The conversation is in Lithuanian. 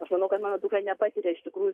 aš manau kad mano dukra nepatiria iš tikrųjų